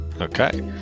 Okay